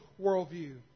worldview